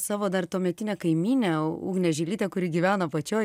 savo dar tuometinę kaimynę ugnę žilytę kuri gyveno apačioj